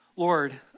Lord